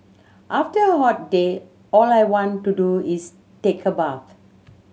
after a hot day all I want to do is take a bath